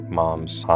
mom's